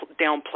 downplay